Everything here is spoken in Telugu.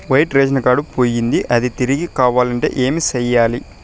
వైట్ రేషన్ కార్డు పోయింది అది తిరిగి కావాలంటే ఏం సేయాలి